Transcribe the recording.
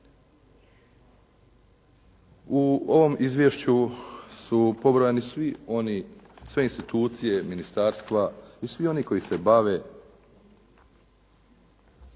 U ovom izvješću su pobrojani svi oni, sve one institucije, ministarstva i svi oni koji se bave